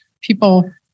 people